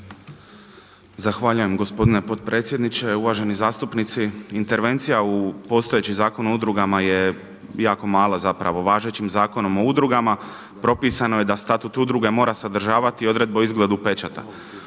Zahvaljujem gospodine potpredsjedniče. Uvaženi zastupnici. Intervencija u postojeći Zakon o udrugama je jako mala zapravo važećim Zakonom o udrugama, propisano je da statut udruge mora sadržavati odredbe o izgledu pečata.